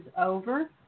over